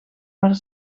maar